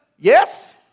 Yes